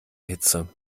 hitze